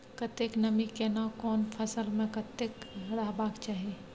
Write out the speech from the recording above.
कतेक नमी केना कोन फसल मे कतेक रहबाक चाही?